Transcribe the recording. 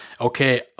okay